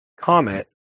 comet